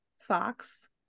Fox